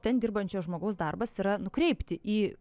ten dirbančio žmogaus darbas yra nukreipti į